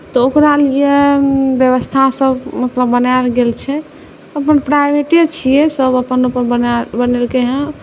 तऽ ओकरालिए बेबस्थासब मतलब बनाएल गेल छै अपन प्राइवेटे छिए सब अपन अपन बनाएल बनेलकै हँ